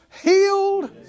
healed